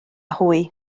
hwy